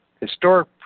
Historic